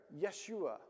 Yeshua